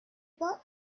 book